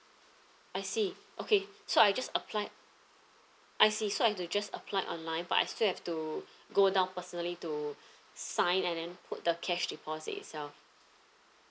I see okay so I just apply I see so I have to just apply online but I still have to go down personally to sign and then put the cash deposit itself